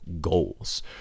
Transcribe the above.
goals